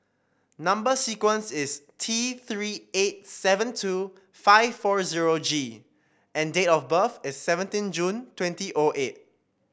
number sequence is T Three eight seven two five four zero G and date of birth is seventeen June twenty O eight